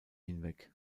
hinweg